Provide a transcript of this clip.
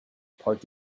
part